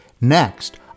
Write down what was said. next